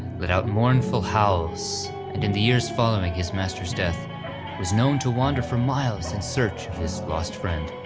let out mournful howls, and in the years following his master's death was known to wander for miles and search his lost friend.